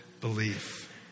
belief